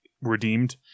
redeemed